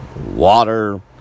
Water